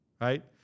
right